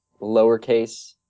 lowercase